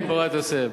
בן פורת יוסף.